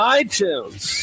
iTunes